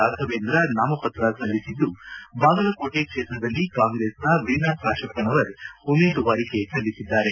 ರಾಘವೇಂದ್ರ ನಾಮಪತ್ರ ಸಲ್ಲಿಸಿದ್ದು ಬಾಗಲಕೋಟೆ ಕ್ಷೇತ್ರದಲ್ಲಿ ಕಾಂಗ್ರೆಸ್ನ ವೀಣಾ ಕಾಶಪ್ಪನವರ್ ಉಮೇದುವಾರಿಕೆ ಸಲ್ಲಿಸಿದ್ದಾರೆ